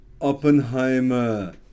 Oppenheimer